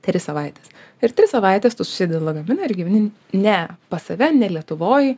tris savaites ir tris savaites tu susidedi lagaminą ir gyveni ne pas save ne lietuvoj